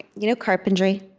you know carpentry?